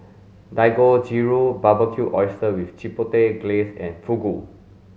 Dangojiru Barbecued Oysters with Chipotle Glaze and Fugu